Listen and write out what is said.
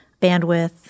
bandwidth